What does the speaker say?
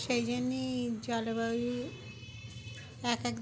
সেই জন্যেই জলবায়ু এক এক